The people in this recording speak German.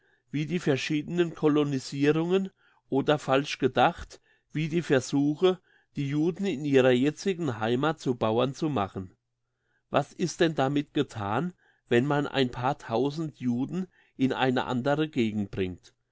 wie die verschiedenen colonisirungen oder falsch gedacht wie die versuche die juden in ihrer jetzigen heimat zu bauern zu machen was ist denn damit gethan wenn man ein paar tausend juden in eine andere gegend bringt